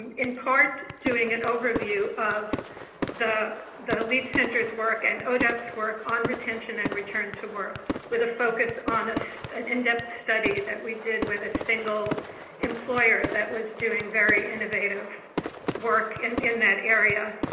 in part, doing an overview of the the lead center work and odep's work on retention and return to work with a focus on so an in-depth study that we did with a single employer that was doing very innovative work in in that area.